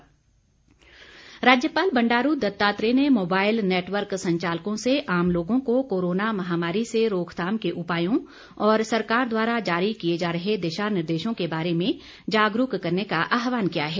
राज्यपाल राज्यपाल बंडारू दत्तात्रेय ने मोबाईल नेटवर्क संचालकों से आम लोगों को कोरोना महामारी से रोकथाम के उपायों और सरकार द्वारा जारी किए जा रहे दिशानिर्देशों के बारे में जागरूक करने का आहवान किया है